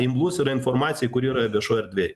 imlus yra informacijai kuri yra viešoj erdvėj